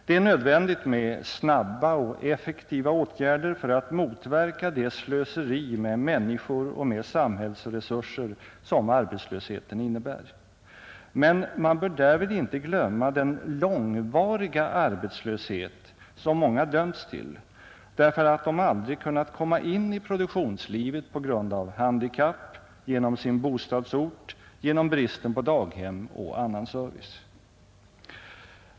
Det är nödvändigt med snabba och effektiva åtgärder för att motverka det slöseri med människor och med samhällsresurser som arbetslösheten innebär. Men man bör därvid inte glömma den långvariga arbetslöshet som många dömts till därför att de aldrig kunnat komma in i produktionslivet på grund av handikapp, sin bostadsort och bristen på daghem och annan service.